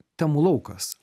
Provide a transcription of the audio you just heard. temų laukas